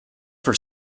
for